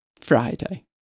Friday